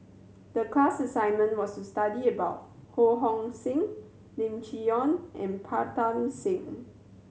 the class assignment was to study about Ho Hong Sing Lim Chee Onn and Pritam Singh